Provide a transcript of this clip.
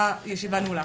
הישיבה נעולה.